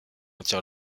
attire